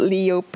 Leo